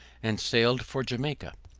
and sailed for jamaica.